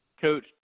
coach